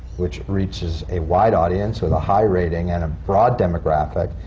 which reaches a wide audience with a high rating and a broad demographic,